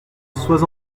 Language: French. sois